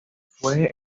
fue